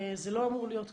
זה לא אמור להיות ככה,